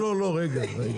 אל תאגד אותי עם תל אביב.